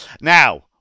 Now